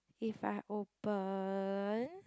if I open